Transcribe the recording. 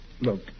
look